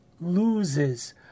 loses